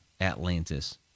Atlantis